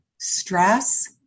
stress